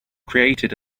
created